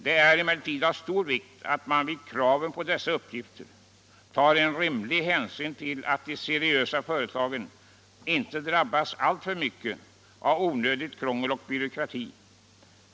Det är emellertid av stor vikt att man vid kraven på uppgifter tar rimlig hänsyn till de seriösa företagens berättigade intresse av att inte drabbas av alltför mycket onödigt krångel och byråkrati.